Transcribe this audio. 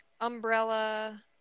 Umbrella